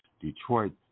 Detroit